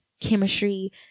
chemistry